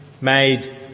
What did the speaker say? made